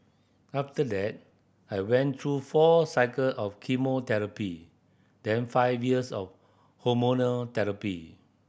after that I went through four cycle of chemotherapy then five years of hormonal therapy